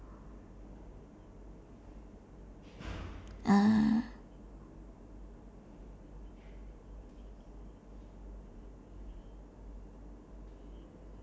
ah